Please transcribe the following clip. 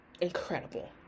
incredible